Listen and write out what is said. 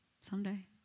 someday